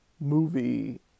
movie